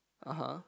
(uh huh)